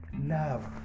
love